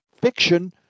fiction